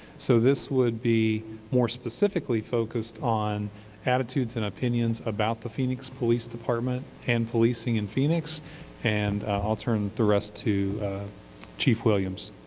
so this would be more specifically focused on attitudes and opinions about the phoenix police department and policing in phoenix and i will turn the rest to chief williams.